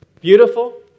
beautiful